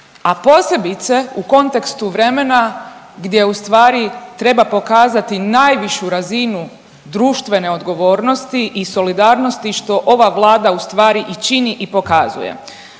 a posebice u kontekstu vremena gdje ustvari treba pokazati najvišu razinu društvene odgovornosti i solidarnosti što ova Vlada ustvari i čini i pokazuje.